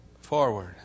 forward